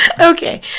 Okay